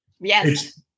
Yes